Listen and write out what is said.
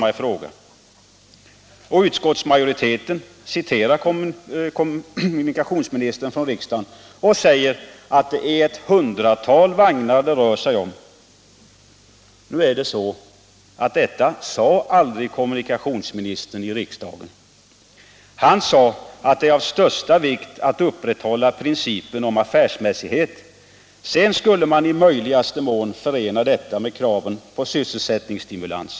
från riksdagen och säger att det är ett hundratal vagnar det rör sig om. Nu är det så, att detta sade aldrig kommunikationsministern i riksdagen. Han sade att det är av största vikt att upprätthålla principen om affärsmässighet. Sedan skulle man i möjligaste mån förena detta med kraven på sysselsättningsstimulans.